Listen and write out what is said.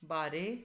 ਬਾਰੇ